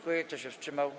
Kto się wstrzymał?